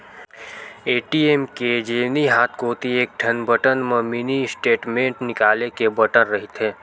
ATM machine के जेवनी हाथ कोती एकठन बटन म मिनी स्टेटमेंट निकाले के बटन रहिथे